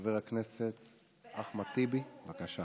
חבר הכנסת אחמד טיבי, בבקשה.